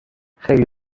خیلی